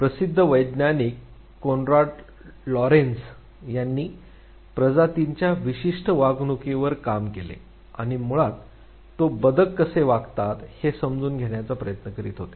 प्रसिद्ध वैज्ञानिक Konrad Lorenz त्यांनी प्रजातींच्या विशिष्ट वागणुकीवर काम केले आणि मुळात तो बदके कसे वागतात हे समजून घेण्याचा प्रयत्न करीत होते